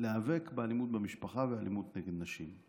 להיאבק באלימות במשפחה ואלימות נגד נשים.